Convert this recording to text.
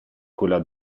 quella